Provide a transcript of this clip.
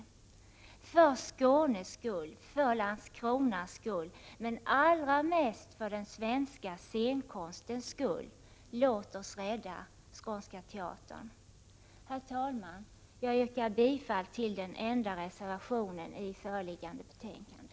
För Skånes skull, för Landskronas skull, men allra mest för den svenska scenkonstens skull, låt oss rädda Skånska teatern. Herr talman! Jag yrkar bifall till den enda reservationen i föreliggande betänkande.